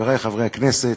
חברי חברי הכנסת,